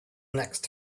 next